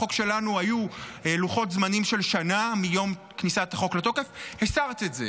בחוק שלנו היו לוחות זמנים של שנה מיום כניסת החוק לתוקף הסרת את זה.